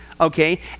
Okay